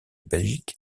belgique